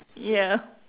ya